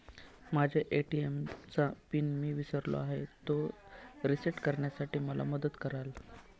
माझ्या ए.टी.एम चा पिन मी विसरलो आहे, तो रिसेट करण्यासाठी मला मदत कराल?